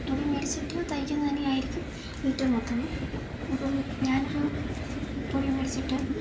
തുണി മേടിച്ചിട്ട് തയ്ക്കുന്നത് തന്നെയായിരിക്കും ഏറ്റവും ഉത്തമം ഇപ്പം ഞാനൊരു തുണി മേടിച്ചിട്ട്